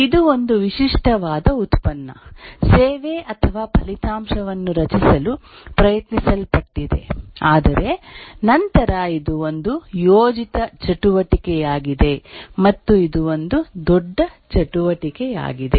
ಇದು ಒಂದು ವಿಶಿಷ್ಟವಾದ ಉತ್ಪನ್ನ ಸೇವೆ ಅಥವಾ ಫಲಿತಾಂಶವನ್ನು ರಚಿಸಲು ಪ್ರಯತ್ನಿಸಲ್ಪಟ್ಟಿದೆ ಆದರೆ ನಂತರ ಇದು ಒಂದು ಯೋಜಿತ ಚಟುವಟಿಕೆಯಾಗಿದೆ ಮತ್ತು ಇದು ಒಂದು ದೊಡ್ಡ ಚಟುವಟಿಕೆಯಾಗಿದೆ